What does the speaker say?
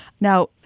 Now